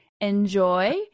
enjoy